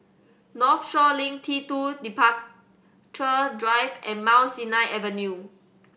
Northshore Link T Two Departure Drive and Mount Sinai Avenue